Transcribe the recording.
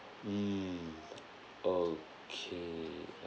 mm okay